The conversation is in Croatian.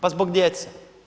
Pa zbog djece.